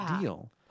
deal